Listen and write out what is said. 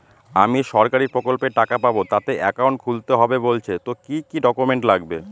আমি সরকারি প্রকল্পের টাকা পাবো তাতে একাউন্ট খুলতে হবে বলছে তো কি কী ডকুমেন্ট লাগবে?